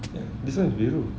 ya this [one] is biru